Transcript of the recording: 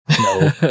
No